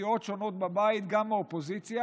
מסיעות שונות בבית, גם מהאופוזיציה,